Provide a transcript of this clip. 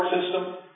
system